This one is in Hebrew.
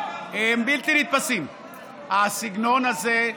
הסגנון הזה,